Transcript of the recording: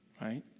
Right